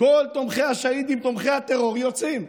כל תומכי השהידים, תומכי הטרור, יוצאים.